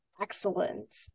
excellent